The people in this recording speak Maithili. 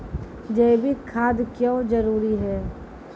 जैविक खाद क्यो जरूरी हैं?